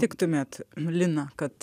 tiktumėt lina kad